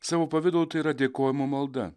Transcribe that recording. savo pavidalu tai yra dėkojimo malda